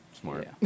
smart